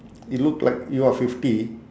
you look like you are fifty